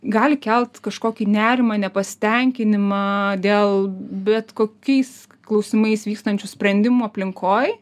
gali kelt kažkokį nerimą nepasitenkinimą dėl bet kokiais klausimais vykstančių sprendimų aplinkoj